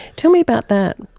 tell me about that.